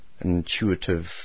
intuitive